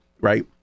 Right